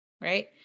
Right